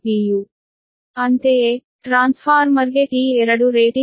ಅಂತೆಯೇ ಟ್ರಾನ್ಸ್ಫಾರ್ಮರ್ಗೆ T2 rating 15 MVA 6